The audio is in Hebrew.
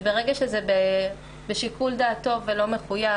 ברגע שזה בשיקול דעתו ולא מחויב,